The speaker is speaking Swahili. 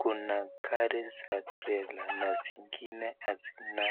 Kuna gari ziko na trela na zingine hazina.